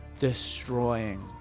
Destroying